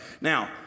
Now